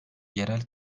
yerel